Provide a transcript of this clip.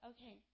Okay